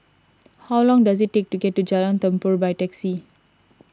how long does it take to get to Jalan Tambur by taxi